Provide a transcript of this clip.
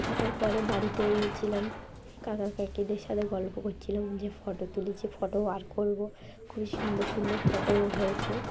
থাকার পরে বাড়িতে গেছিলাম কাকাকাকিদের সাথে গল্প করছিলাম যে ফটো তুলেছি ফটোও বার করবো খুবই সুন্দর সুন্দর ফটো হয়েছে